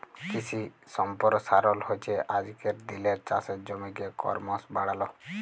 কিশি সম্পরসারল হচ্যে আজকের দিলের চাষের জমিকে করমশ বাড়াল